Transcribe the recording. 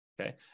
Okay